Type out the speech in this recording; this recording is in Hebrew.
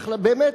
באמת,